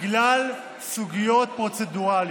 בגלל סוגיות פרוצדורליות.